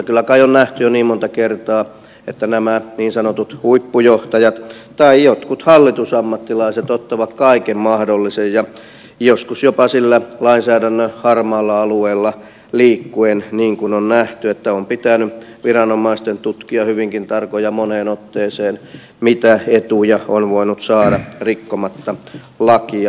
kyllä kai on nähty jo niin monta kertaa että niin sanotut huippujohtajat tai jotkut hallitusammattilaiset ottavat kaiken mahdollisen ja joskus jopa lainsäädännön harmaalla alueella liikkuen niin kuin on nähty että on pitänyt viranomaisten tutkia hyvinkin tarkoin ja moneen otteeseen mitä etuja on voinut saada rikkomatta lakia